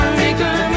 maker